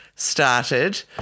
Started